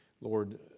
Lord